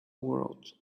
world